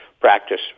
practice